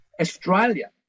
Australia